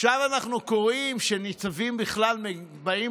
עכשיו אנחנו קוראים שניצבים בכלל באים